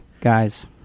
guys